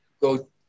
go